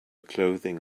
clothing